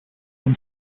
him